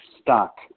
stock